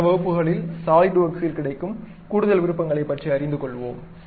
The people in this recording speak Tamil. அடுத்த வகுப்புகளில் சாலிட்வொர்க்ஸில் கிடைக்கும் கூடுதல் விருப்பங்களைப் பற்றி அறிந்து கொள்வோம்